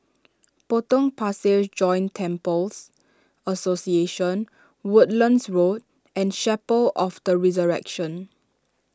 Potong Pasir Joint Temples Association Woodlands Road and Chapel of the Resurrection